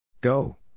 Go